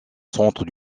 centre